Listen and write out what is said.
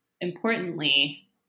importantly